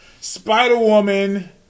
Spider-Woman